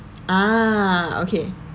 ah okay